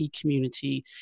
community